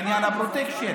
בעניין הפרוטקשן.